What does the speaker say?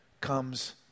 comes